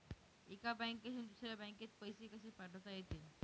एका बँकेतून दुसऱ्या बँकेत पैसे कसे पाठवता येतील?